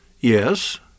Yes